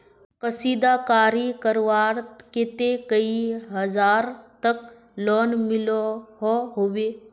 कशीदाकारी करवार केते कई हजार तक लोन मिलोहो होबे?